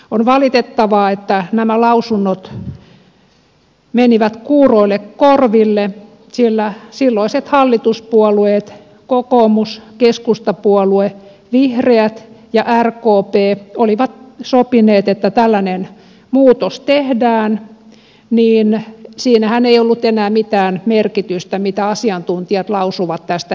on valitettavaa että nämä lausunnot menivät kuuroille korville sillä silloiset hallituspuolueet kokoomus keskustapuolue vihreät ja rkp olivat sopineet että tällainen muutos tehdään ja siinähän ei ollut enää mitään merkitystä mitä asiantuntijat lausuvat tästä heikennyksestä